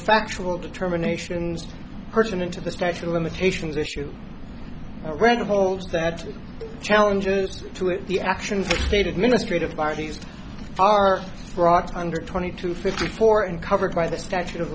factual determination person into the statute of limitations issue rather holds that challengers to it the actions of state administrative parties are rocks under twenty two fifty four and covered by the statute of